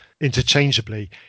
interchangeably